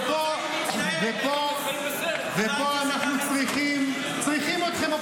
-- ופה אנחנו צריכים אתכם,